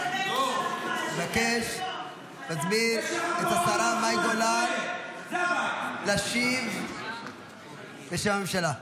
אני מבקש להזמין את השרה מאי גולן להשיב בשם הממשלה.